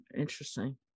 Interesting